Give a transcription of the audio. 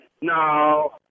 no